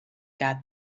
got